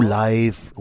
life